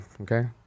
okay